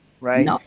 right